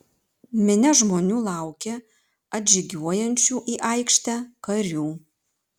minia žmonių laukė atžygiuojančių į aikštę karių